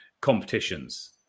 competitions